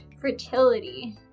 fertility